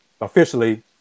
officially